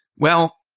well,